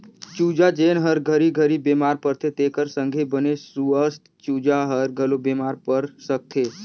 चूजा जेन हर घरी घरी बेमार परथे तेखर संघे बने सुवस्थ चूजा हर घलो बेमार पर सकथे